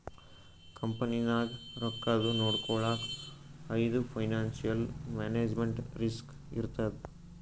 ಕಂಪನಿನಾಗ್ ರೊಕ್ಕಾದು ನೊಡ್ಕೊಳಕ್ ಇದು ಫೈನಾನ್ಸಿಯಲ್ ಮ್ಯಾನೇಜ್ಮೆಂಟ್ ರಿಸ್ಕ್ ಇರ್ತದ್